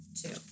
Two